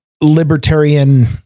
libertarian